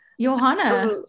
Johanna